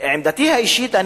עמדתי האישית,